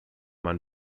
man